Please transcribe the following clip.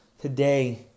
Today